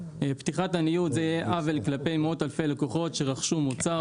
פתיחת הניוד תהיה עוול כלפי מאות אלפי לקוחות שרכשו מוצר,